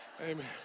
amen